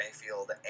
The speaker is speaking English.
Mayfield